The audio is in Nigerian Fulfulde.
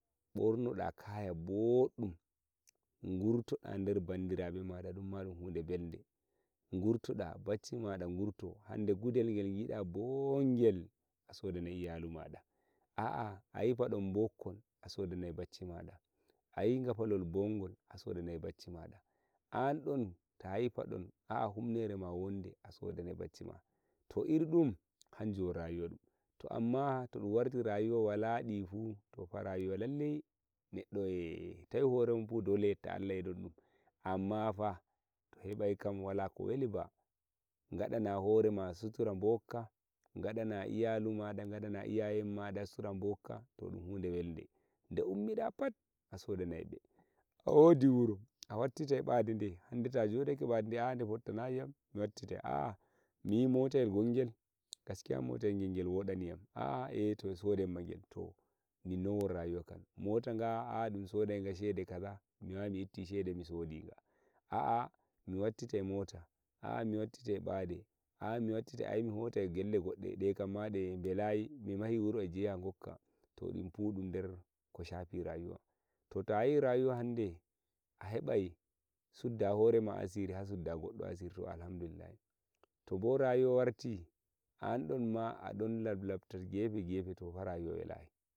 bornoda kaya boddum ngurtoda nder bandirabe ma dum ma dum mahunde belde ngurtoda bacci mada ngurto hande gudel gel gi da bongel a sodanai iyalu mada a'a a yi padon mbokkon sodanai bacci mada a yi ngafalol bongol a sodanai bacci mada an don ta yi padon a'a humnere ma wonde a sodanai bacci ma to iri dum hanjum won rayuwa dum to amma to dum warti rayuwa wala di fu to rayuwa fa lallai neddo e tawi hore mun fu dole yetta e don dum amma fa to hebai kam wala ko weli ba ngadana hore ma sutura mbokka ngadana iyalu mada ngadana iyaye en mada sutura mbokka to dum hunde welde nde ummida pat a sodanai be a wodi wuro a watitai mbade de hande ta jodake mbade de a'a nde fottanayi yam mi watitai a'a mi yi motayel gongel gaskiya motayel gel ngel wodani yam a'a e to sodai irin magel to nin non won rayuwa kan a'a mota nga dum sadai nga shede kaza mi wawai mi itti shede mi sodi nga a'a mi wattitai mota a'a mi wattitai mbade a'a mi wattitai a yi mi hotai gelle godde nde kamma nde mbelayi mi mahi wuro e jiha ngokka to dum fu dum nder ko shafi rayuwa to ta yi rayuwa hande a hebai sudda hore asiri ha sudda goddo asiri to Alhamdulillahi to bo rayuwa warti an don ma a don lablabtir gefe gefe to fa rayuwa welayi